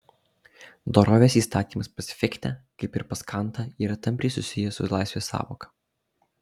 dorovės įstatymas pas fichtę kaip ir pas kantą yra tampriai susijęs su laisvės sąvoka